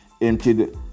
emptied